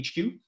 HQ